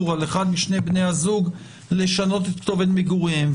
על אחד משני בני הזוג לשנות את כתובת מגוריהם.